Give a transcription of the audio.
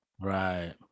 Right